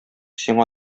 сиңа